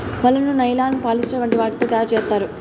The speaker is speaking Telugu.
వలను నైలాన్, పాలిస్టర్ వంటి వాటితో తయారు చేత్తారు